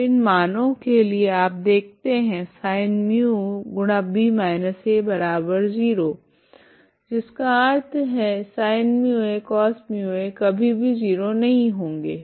तो इन मानो के लिए आप देखते है sinμb−a0 की जिसका अर्थ है sinμa cosμa कभी भी 0 नहीं होगे